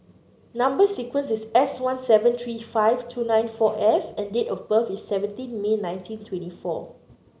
number sequence is S one seven three five two nine four F and date of birth is seventeen May nineteen twenty four